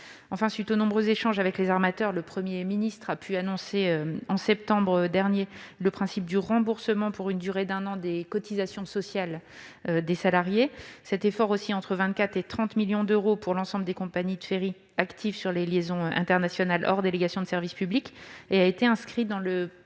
Enfin, à la suite de nombreux échanges avec les armateurs, le Premier ministre a annoncé en septembre dernier le principe du remboursement pour une durée d'un an des cotisations sociales des salariés. Cet effort, d'un montant estimé entre 24 millions et 30 millions d'euros pour l'ensemble des compagnies de ferry actives sur les liaisons internationales hors délégation de service public, a été inscrit dans le